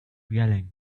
yelling